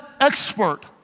expert